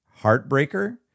Heartbreaker